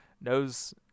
knows